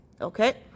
okay